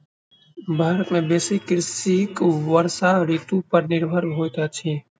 भारत के बेसी कृषक वर्षा ऋतू पर निर्भर होइत अछि